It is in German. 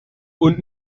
und